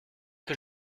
que